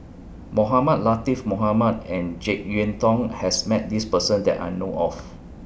Mohamed Latiff Mohamed and Jek Yeun Thong has Met This Person that I know of